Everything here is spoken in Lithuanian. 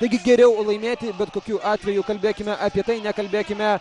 taigi geriau laimėti bet tokiu atveju kalbėkime apie tai nekalbėkime